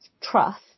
trust